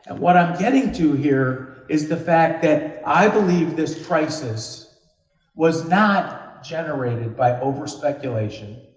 what i'm getting to here is the fact that i believe this crisis was not generated by over-speculation,